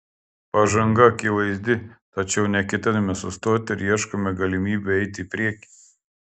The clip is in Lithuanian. pažanga akivaizdi tačiau neketiname sustoti ir ieškome galimybių eiti į priekį